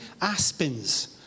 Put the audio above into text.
Aspens